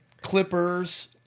Clippers